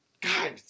God